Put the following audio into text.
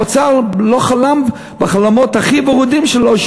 האוצר לא חלם בחלומות הכי ורודים שלו שהוא